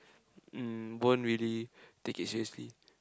mm won't really take it seriously